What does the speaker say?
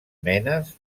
menes